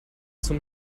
zum